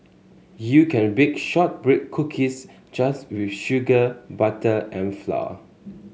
you can bake shortbread cookies just with sugar butter and flour